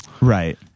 right